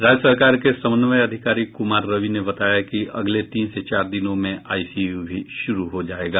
राज्य सरकार के समन्वय अधिकारी कुमार रवि ने बताया कि अलगे तीन से चार दिनों में आईसीयू भी शुरू हो जायेगा